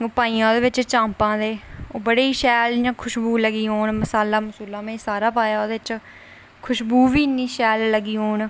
ओह् पाइयां ओह्दे च चाम्पां ते ओह् बड़ी शैल खुश्बू लगी औन मसाला में सारा पाया ओह्दे च खुश्बू इन्नी शैल लगी औन